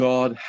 God